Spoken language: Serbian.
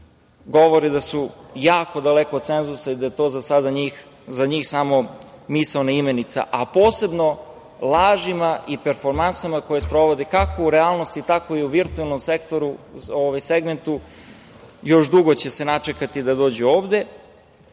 govore, da su jako daleko od cenzusa, da je to za sada za njih samo misaona imenica, a posebno lažima i performansama koje sprovode kako u realnosti, tako i u virtuelnom segmentu još dugo će se načekati da dođu ovde,